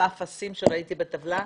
לאפסים שראיתי בטבלה,